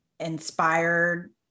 Inspired